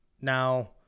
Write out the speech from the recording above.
Now